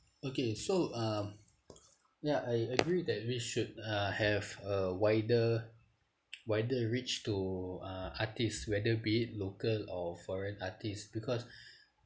okay so um ya I agree that we should uh have a wider wider reach to uh artists whether be it local or foreign artists because